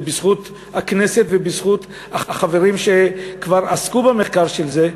זה בזכות הכנסת ובזכות החברים שכבר עסקו במחקר של זה,